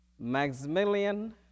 Maximilian